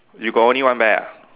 you got only one bear ah